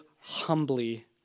humbly